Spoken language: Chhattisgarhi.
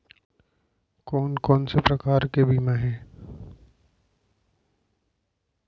कोन कोन से प्रकार के बीमा हे?